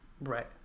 right